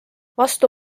vastu